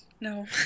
no